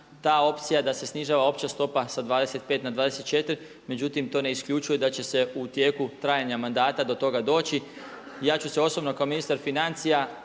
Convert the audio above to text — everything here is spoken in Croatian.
ta opcija da se snižava opća stopa sa 25 na 24, međutim to ne isključuje da će se u tijeku trajanja mandata do toga doći. Ja ću se osobno kao ministar financija